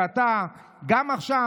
גם עכשיו,